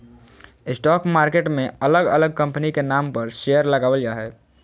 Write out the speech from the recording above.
stock market मे अलग अलग कंपनी के नाम पर शेयर लगावल जा हय